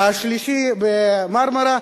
השלישי ב"מרמרה",